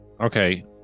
Okay